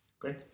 Great